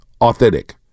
Authentic